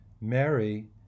Mary